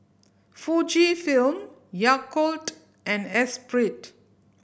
Fujifilm Yakult and Espirit